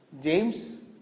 James